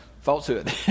falsehood